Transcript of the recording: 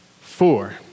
four